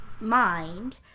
mind